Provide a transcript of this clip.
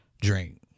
drink